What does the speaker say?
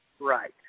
Right